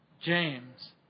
James